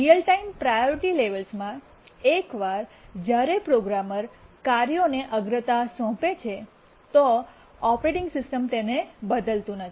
real time priority લેવેલ્સમાં એકવાર જ્યારે પ્રોગ્રામર કાર્યોને અગ્રતા સોંપે છે તો ઓપરેટિંગ સિસ્ટમ તેને બદલતું નથી